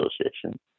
Association